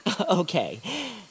Okay